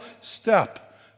step